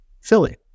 Philly